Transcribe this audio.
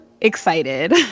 excited